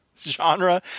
genre